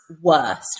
worst